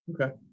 okay